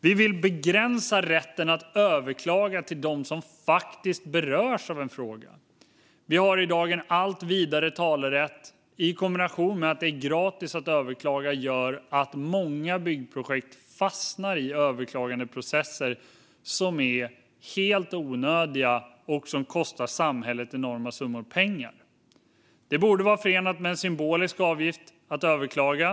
Vi vill begränsa rätten att överklaga till dem som faktiskt berörs av en fråga. Talerätten har blivit allt vidare, och detta i kombination med att det är gratis att överklaga gör att många byggprojekt fastnar i överklagandeprocesser som är helt onödiga och som kostar samhället enorma summor pengar. Det borde vara förenat med en symbolisk avgift att överklaga.